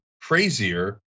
crazier